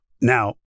Now